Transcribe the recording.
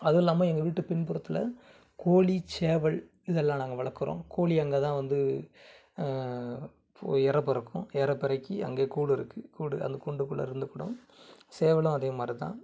அதுவும் இல்லாமல் எங்கள் வீட்டு பின்புறத்தில் கோழி சேவல் இது எல்லாம் நாங்கள் வளர்க்குறோம் கோழி அங்கே தான் வந்து போய் இர பொறுக்கும் எர பொறுக்கி அங்கேயே கூடு இருக்குது கூடு அந்த கூண்டுக்குள்ள இருந்துக்குடும் சேவலும் அதே மாதிரி தான்